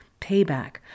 payback